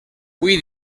hui